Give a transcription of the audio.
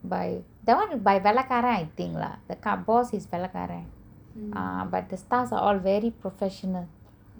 by that [one] by வெள்ளகார:vellakara I think lah the come boss is வெள்ளக்கார:vellakara err but the staff are all very professional